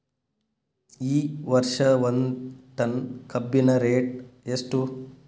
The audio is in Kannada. ಈ ವರ್ಷ ಒಂದ್ ಟನ್ ಕಬ್ಬಿನ ರೇಟ್ ಎಷ್ಟು?